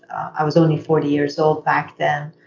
i was only forty years old back then.